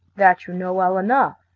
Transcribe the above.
that you know well enough.